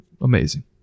amazing